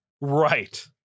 Right